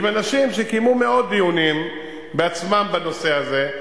עם אנשים שקיימו מאות דיונים בעצמם בנושא הזה,